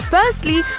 Firstly